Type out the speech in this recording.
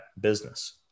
business